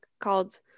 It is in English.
called